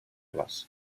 les